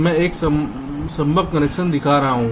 मैं एक संभव कनेक्शन दिखा रहा हूं